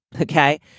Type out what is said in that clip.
okay